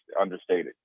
understated